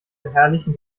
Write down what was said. verherrlichen